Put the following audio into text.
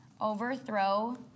overthrow